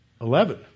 Eleven